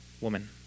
Woman